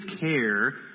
care